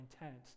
intense